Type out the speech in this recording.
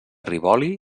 rivoli